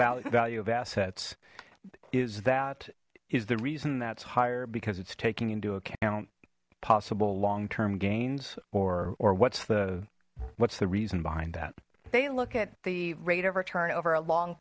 actuarial value of assets is that is the reason that's higher because it's taking into account possible long term gains or what's the what's the reason behind that they look at the rate of return over a long